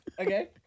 Okay